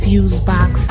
Fusebox